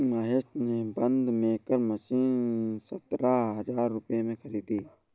महेश ने bund maker machine सतरह हजार रुपए में खरीदी